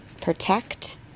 protect